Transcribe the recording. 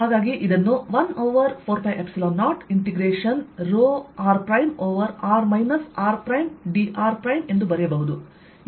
ಆದ್ದರಿಂದ ಇದನ್ನು 1 over 4π0 integration ρr ಓವರ್r r drಎಂದು ಬರೆಯಬಹುದು